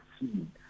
seen